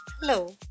Hello